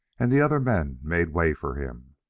and the other men made way for him.